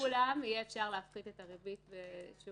לכולם אפשר יהיה להפחית את הריבית בשיעור